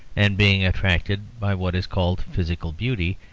and being attracted by what is called physical beauty,